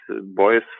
boys